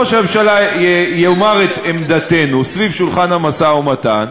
ראש הממשלה יאמר את עמדתנו סביב שולחן המשא-ומתן,